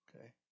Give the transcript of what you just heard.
Okay